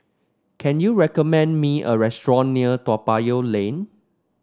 can you recommend me a restaurant near Toa Payoh Lane